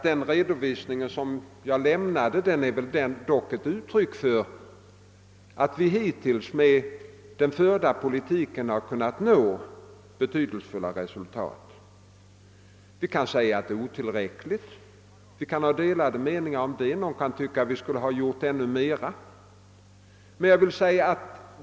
Den redovisning som jag lämnade anser jag därför vara ett uttryck för att vi med den förda politiken kunnat nå betydelsefulla resultat. Vi kan säga att det är otillräckligt — det kan råda delade meningar om det, någon kan tycka att vi borde ha gjort ännu mer.